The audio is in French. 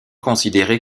considéré